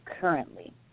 currently